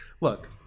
Look